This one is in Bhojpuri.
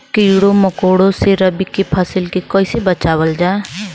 कीड़ों मकोड़ों से रबी की फसल के कइसे बचावल जा?